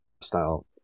style